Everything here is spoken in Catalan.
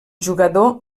jugador